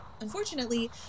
Unfortunately